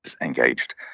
engaged